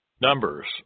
Numbers